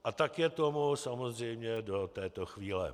A tak je tomu samozřejmě do této chvíle.